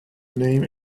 name